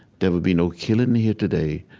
there will be no killing here today.